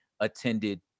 Attended